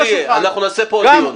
לא, הכול יהיה, אנחנו נעשה פה עוד דיון.